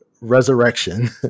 resurrection